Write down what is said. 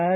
R